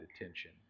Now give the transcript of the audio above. attention